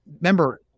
Remember